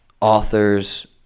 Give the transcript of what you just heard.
authors